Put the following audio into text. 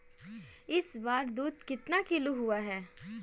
इस बार दूध कितना किलो हुआ है?